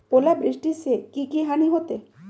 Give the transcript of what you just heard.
ओलावृष्टि से की की हानि होतै?